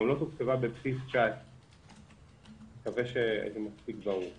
היא לא תוקצבה גם בבסיס 2019. אני מקווה שהייתי מספיק ברור.